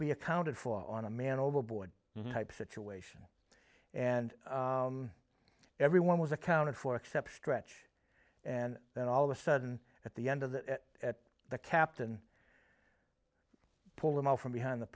be accounted for on a man overboard type situation and everyone was accounted for except stretch and then all of a sudden at the end of that at the captain pull him out from behind the